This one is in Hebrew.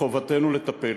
חובתנו לטפל.